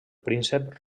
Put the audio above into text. príncep